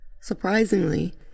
Surprisingly